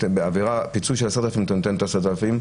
וגם בשם הציונות הדתית,